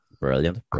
brilliant